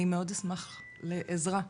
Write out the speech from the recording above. אני מאוד אשמח לעזרה,